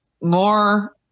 More